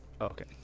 Okay